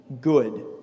good